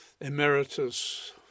emeritus